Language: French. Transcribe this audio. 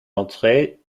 entrée